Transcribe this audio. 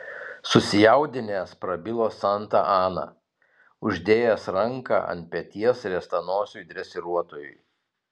susijaudinęs prabilo santa ana uždėjęs ranką ant peties riestanosiui dresiruotojui